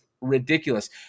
ridiculous